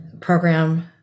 program